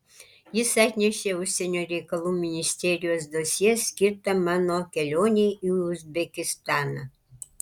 jis atnešė užsienio reikalų ministerijos dosjė skirtą mano kelionei į uzbekistaną